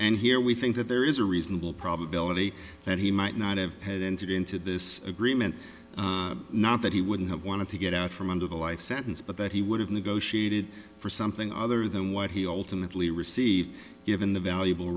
and here we think that there is a reasonable probability that he might not have had entered into this agreement not that he wouldn't have wanted to get out from under the life sentence but that he would have negotiated for something other than what he ultimately received given the valuable